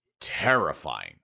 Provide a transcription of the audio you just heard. terrifying